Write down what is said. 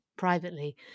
Privately